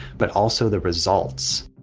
but also the results